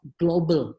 global